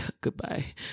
goodbye